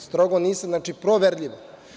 Strogo nisam, znači proverljivo.